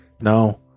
No